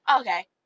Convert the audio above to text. Okay